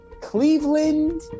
Cleveland